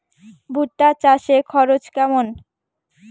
ভুট্টা চাষে খরচ কেমন?